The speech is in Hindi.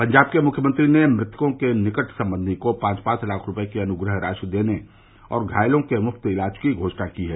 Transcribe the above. पंजाब के मुख्यमंत्री ने मृतकों के निकट संबंधी को पांच पाच लाख रूपये की अनुग्रह राशि देने और घायलों के मुफ्त इलाज की घोषणा की है